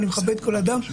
ואני מכבד כל אדם,